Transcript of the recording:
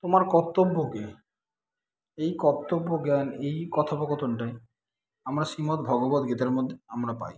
তোমার কর্তব্য কী এই কর্তব্য জ্ঞান এই কথোপকথনটায় আমরা শ্রীমদ্ভগবদ্গীতার মধ্যে আমরা পাই